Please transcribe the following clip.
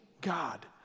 God